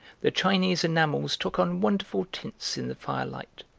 the chinese enamels took on wonderful tints in the firelight,